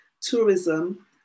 tourism